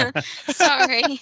Sorry